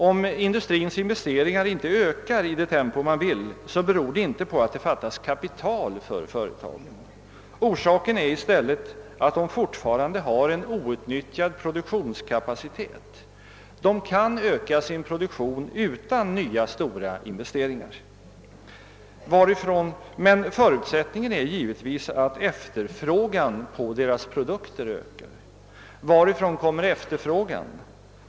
Om industrins investeringar inte ökar i det tempo man Önskar, beror det inte på att det fattas kapital för företagen. Orsaken är i stället att de fortfarande har en outnyttjad produktionskapacitet. De kan öka sin produktion utan nya stora investeringar, men förutsättningen är givetvis att efterfrågan på deras produkter ökar. Varifrån kommer efterfrågan?